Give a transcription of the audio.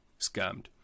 scammed